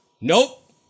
Nope